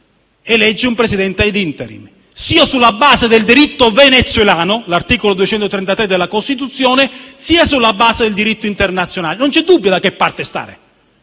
elegge un Presidente *ad interim*, sia sulla base del diritto venezuelano (articolo 233 della Costituzione) sia sulla base del diritto internazionale. Non c'è dubbio da che parte stare.